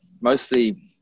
mostly